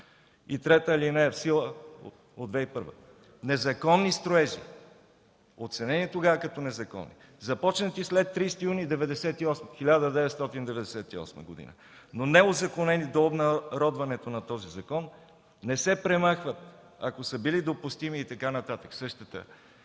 нататък. „(3) (В сила от 2001 г.) Незаконни строежи, оценени тогава като незаконни, започнати след 30 юни 1998 г., но неузаконени до обнародването на този закон, не се премахват, ако са били допустими и така нататък.”